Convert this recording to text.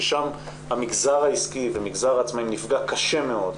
ששם המגזר העסקי ומגזר העצמאים נפגע קשה מאוד,